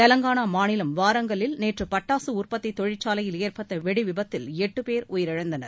தெலங்கானா மாநிலம் வாரங்கல்லில் நேற்று பட்டாசு உற்பத்தி தொழிற்சாலையில் ஏற்பட்ட வெடி விபத்தில் எட்டு பேர் உயிரிழந்தனர்